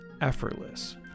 effortless